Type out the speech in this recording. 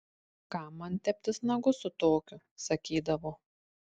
kam man teptis nagus su tokiu sakydavo